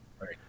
Right